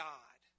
God